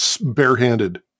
barehanded